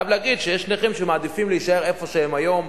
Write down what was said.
אני חייב להגיד שיש נכים שמעדיפים להישאר במקומות שהם היום,